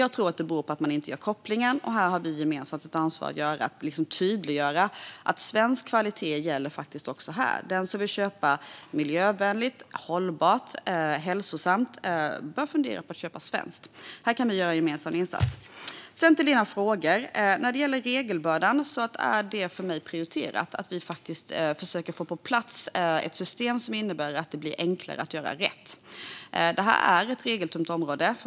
Jag tror att det beror på att man inte gör kopplingen. Vi har ett gemensamt ansvar för att tydliggöra att svensk kvalitet gäller även här. Den som vill köpa miljövänligt, hållbart och hälsosamt bör fundera på att köpa svenskt. Här kan vi göra en gemensam insats. Nu till Magnus Oscarssons frågor! När det gäller regelbördan är det för mig prioriterat att vi försöker få på plats ett system som innebär att det blir enklare att göra rätt. Det här är ett regeltungt område.